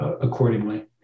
accordingly